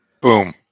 Boom